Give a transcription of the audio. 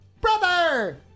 brother